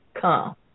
come